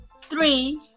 Three